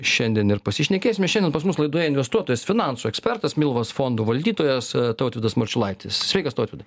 šiandien ir pasišnekėsime šiandien pas mus laidoje investuotojas finansų ekspertas milvos fondų valdytojas tautvydas marčiulaitis sveikas tautvydai